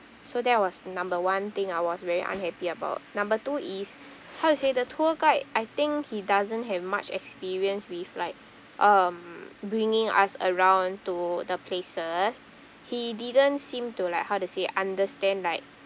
so that was the number one thing I was very unhappy about number two is how to say the tour guide I think he doesn't have much experience with like um bringing us around to the places he didn't seem to like how to say understand like